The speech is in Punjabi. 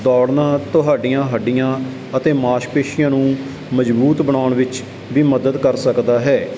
ਦੌੜਨਾ ਤੁਹਾਡੀਆਂ ਹੱਡੀਆਂ ਅਤੇ ਮਾਸਪੇਸ਼ੀਆਂ ਨੂੰ ਮਜ਼ਬੂਤ ਬਣਾਉਣ ਵਿੱਚ ਵੀ ਮਦਦ ਕਰ ਸਕਦਾ ਹੈ